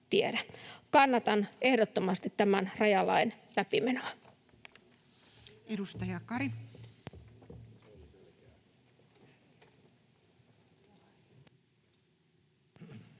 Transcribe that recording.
Kannatan ehdottomasti tämän rajalain läpimenoa.